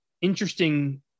interesting